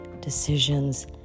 decisions